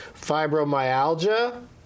Fibromyalgia